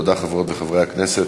תודה, חברות וחברי הכנסת.